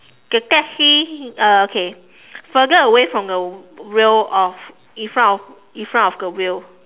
the taxi uh okay further away from the wheel of in front of in front of the wheel